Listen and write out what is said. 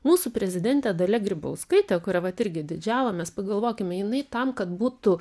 mūsų prezidentė dalia grybauskaitė kuria vat irgi didžiavomės pagalvokime jinai tam kad būtų